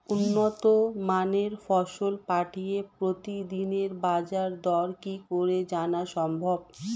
উন্নত মানের ফসল পাঠিয়ে প্রতিদিনের বাজার দর কি করে জানা সম্ভব?